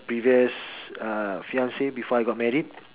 previous uh fiancee before I got married